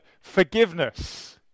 forgiveness